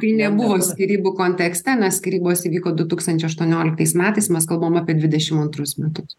tai nebuvo skyrybų kontekste nes skyrybos įvyko du tūkstančiai aštuonioliktais metais mes kalbam apie dvidešim antrus metus